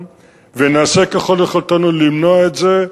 ונעשה ככל יכולתנו למנוע את זה.